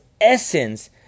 essence